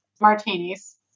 Martinis